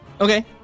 Okay